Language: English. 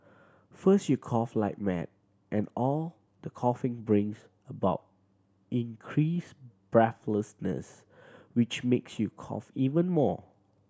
first you cough like mad and all the coughing brings about increased breathlessness which makes you cough even more